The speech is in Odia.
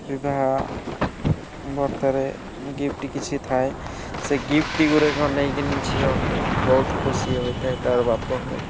ବିବାହ ବ୍ରତରେ ଗିଫ୍ଟ କିଛି ଥାଏ ସେ ଗିଫ୍ଟ ଗୁଡ଼ାକ ନେଇକିନି ଝିଅ ବହୁତ ଖୁସି ହୋଇଥାଏ ତା'ର ବାପ ଘରେ